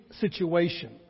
situation